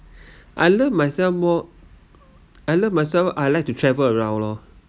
I love myself more I love myself I like to travel around lor